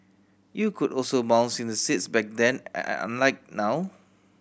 you could also bounce in the seats back then unlike now